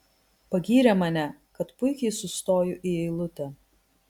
pagyrė mane kad puikiai sustoju į eilutę